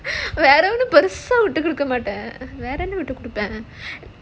வேற எந்த பெருசா எதையும் விட்டு கொடுக்க மாட்டேன்:vera endha perusaa edhayum vitu koduka mattaen